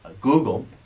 Google